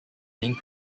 being